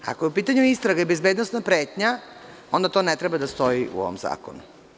Ako je u pitanju istraga ili bezbednosna pretnja, onda to ne treba da stoji u ovom zakonu.